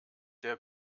der